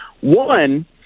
One